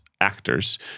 actors